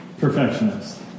Perfectionist